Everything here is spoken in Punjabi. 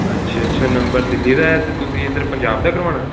ਅੱਛਾ ਅੱਛਾ ਨੰਬਰ ਦਿੱਲੀ ਦਾ ਹੈ ਅਤੇ ਤੁਸੀਂ ਇੱਧਰ ਪੰਜਾਬ ਦਾ ਕਰਵਾਉਣਾ